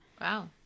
wow